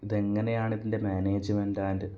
ഇതെങ്ങനെയാണ് ഇതിൻ്റെ management and